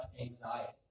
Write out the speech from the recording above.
anxiety